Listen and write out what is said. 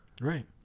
Right